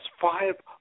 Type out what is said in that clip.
five